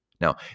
Now